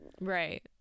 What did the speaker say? Right